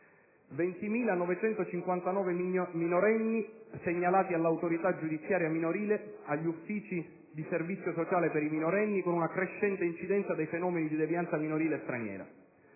20.959 minorenni sono segnalati dall'autorità giudiziaria minorile agli uffici di servizio sociale per i minorenni, con una crescente incidenza dei fenomeni di devianza minorile straniera.